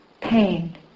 pain